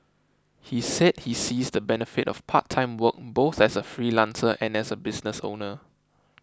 he said he sees the benefit of part time work both as a freelancer and as a business owner